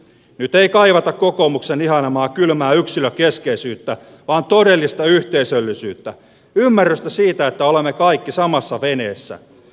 nyt ei kaivata kokoomuksen ihailemaa kylmää yksilökeskeisyyttä vaan todellista yhteisöllisyyttä ymmärrystä siitä että olemme kaikki samassa veneessä